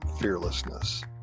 fearlessness